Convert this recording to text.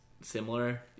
similar